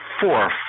fourth